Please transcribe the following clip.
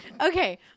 okay